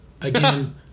again